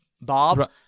Bob